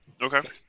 okay